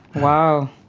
wow.